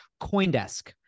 Coindesk